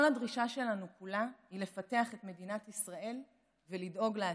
כל הדרישה שלנו כולה היא לפתח את מדינת ישראל ולדאוג לעתידה.